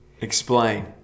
Explain